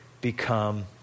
become